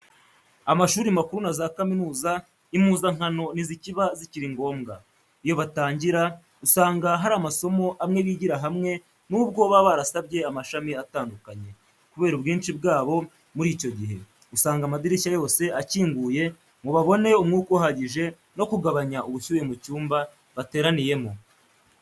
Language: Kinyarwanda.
Amashuri makuru na za kaminuza, impuzankano ntizikiba zikiri ngombwa. Iyo batangira, usanga hari amasomo amwe bigira hamwe n'ubwo baba barasabye amashami atandukanye. Kubera ubwinshi bwabo muri icyo gihe, usanga amadirishya yose akinguye ngo babone umwuka uhagije no kugabanya ubushyuhe mu cyumba bateraniyemo.